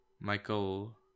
Michael